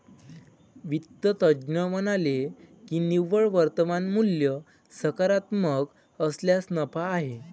वित्त तज्ज्ञ म्हणाले की निव्वळ वर्तमान मूल्य सकारात्मक असल्यास नफा आहे